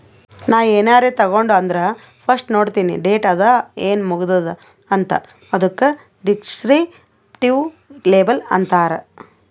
ನಾ ಏನಾರೇ ತಗೊಂಡ್ ಅಂದುರ್ ಫಸ್ಟ್ ನೋಡ್ತೀನಿ ಡೇಟ್ ಅದ ಏನ್ ಮುಗದೂದ ಅಂತ್, ಅದುಕ ದಿಸ್ಕ್ರಿಪ್ಟಿವ್ ಲೇಬಲ್ ಅಂತಾರ್